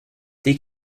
dès